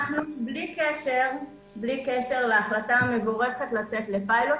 בלי קשר להחלטה המבורכת לצאת לפיילוט,